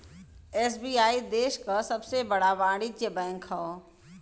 SBI देश क सबसे बड़ा वाणिज्यिक बैंक हौ